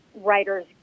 writers